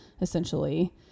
essentially